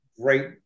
great